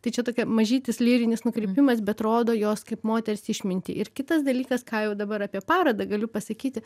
tai čia tokia mažytis lyrinis nukrypimas bet rodo jos kaip moters išmintį ir kitas dalykas ką jau dabar apie parodą galiu pasakyti